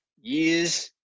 years